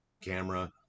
camera